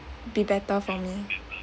be better for me